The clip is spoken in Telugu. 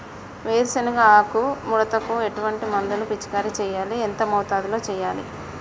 వేరుశెనగ ఆకు ముడతకు ఎటువంటి మందును పిచికారీ చెయ్యాలి? ఎంత మోతాదులో చెయ్యాలి?